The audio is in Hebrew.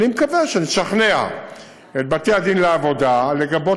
אני מקווה שנשכנע את בתי-הדין לעבודה לגבות